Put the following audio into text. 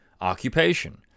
occupation